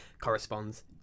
corresponds